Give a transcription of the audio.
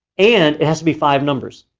and it has to be five numbers.